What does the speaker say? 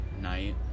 night